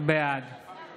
בעד